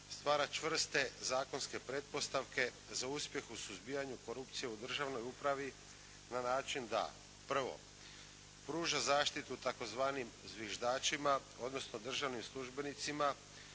stvara čvrste zakonske pretpostavke za uspjeh u suzbijanju korupcije u državnoj upravi na način da prvo pruža zaštitu tzv. zviždačima odnosno državnim službenicima